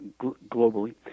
globally